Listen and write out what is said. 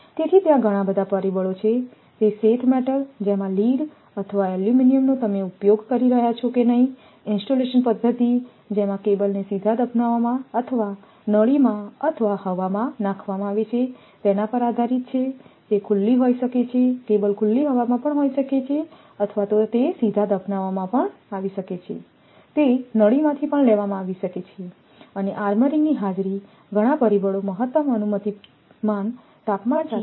તેથી ત્યાં ઘણા બધા પરિબળો છે તે શેથ મેટલ જેમાં લીડlead અથવા એલ્યુમિનિયમનો તમે ઉપયોગ કરી રહ્યાં છો કે નહીં ઇન્સ્ટોલેશન પદ્ધતિ જેમાં કેબલને સીધા દફનાવવામાં અથવા નળીમાં અથવા હવામાં નાખવામાં આવે છે તેના પર આધારિત છે તે ખુલ્લી હોઈ શકે છે કેબલ ખુલ્લી હવામાં પણ હોઈ શકે છે તે સીધા દફનાવવામાં પણ આવી શકે છે તે નળીમાંથી પણ લેવામાં આવી શકે છે અને આર્મરિંગની હાજરી ઘણા પરિબળો મહત્તમ અનુમતિમાન તાપમાનના સાથે સંકળાયેલા છે